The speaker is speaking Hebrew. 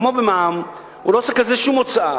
כמו במע"מ, הוא לא צריך לקזז שום הוצאה.